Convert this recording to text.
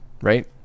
right